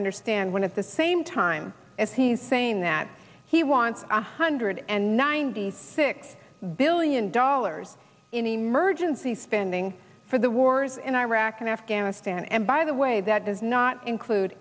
understand when at the same time as he's saying that he wants one hundred and ninety six billion dollars in emergency spending for the wars in iraq and afghanistan and by the way that does not include